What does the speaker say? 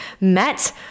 met